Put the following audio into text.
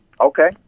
Okay